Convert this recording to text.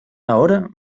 ahora